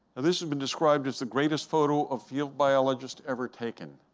this has been described as the greatest photo of field biologists ever taken.